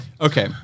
Okay